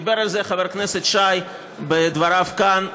דיבר על זה חבר הכנסת שי בדבריו כאן,